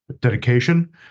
dedication